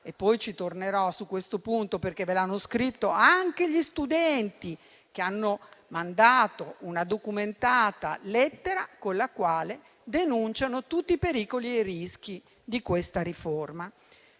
Poi tornerò su questo punto, perché ve lo hanno scritto anche gli studenti, che hanno mandato una documentata lettera con la quale denunciano tutti i pericoli e i rischi di questa riforma,